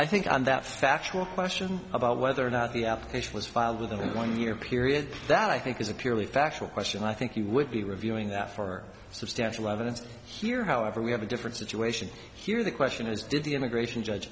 i think on that factual question about whether or not the application was filed within one year period that i think is a purely factual question i think you would be reviewing that for substantial evidence here however we have a different situation here the question is did the immigration judge